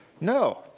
No